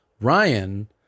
Ryan